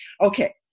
Okay